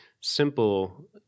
simple